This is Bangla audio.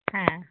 হ্যাঁ